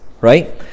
right